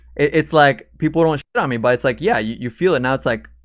it's, like, people don't sh-t on me but it's, like, yeah, you you feel it now, it's, like,